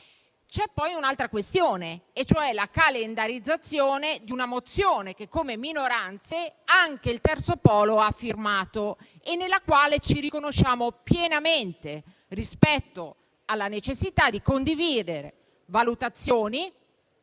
C'è poi l'altra questione della calendarizzazione di una mozione delle minoranze, che anche il terzo polo ha firmato e nella quale ci riconosciamo pienamente, rispetto alla necessità di condividere le valutazioni